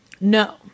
No